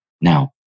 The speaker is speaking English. Now